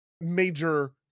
major